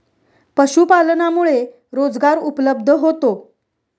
पशुपालनामुळे रोजगार उपलब्ध होतो